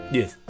yes